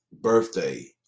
birthday